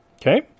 okay